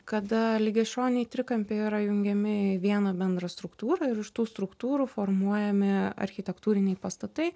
kada lygiašoniai trikampiai yra jungiami į vieną bendrą struktūrą ir iš tų struktūrų formuojami architektūriniai pastatai